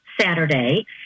Saturday